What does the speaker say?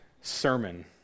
sermon